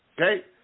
Okay